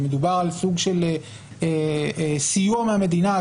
שמדובר על סכום של סיוע מהמדינה,